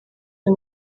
uyu